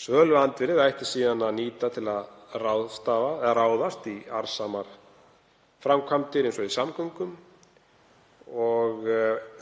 Söluandvirðið ætti síðan að nýta í arðsamar framkvæmdir eins og í samgöngum og